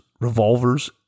revolvers